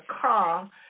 car